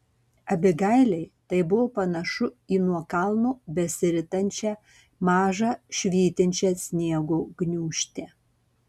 abigailei tai buvo panašu į nuo kalno besiritančią mažą švytinčią sniego gniūžtę